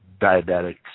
diabetics